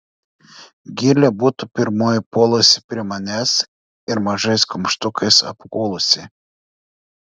gilė būtų pirmoji puolusi prie manęs ir mažais kumštukais apkūlusi